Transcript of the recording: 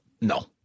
No